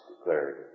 declared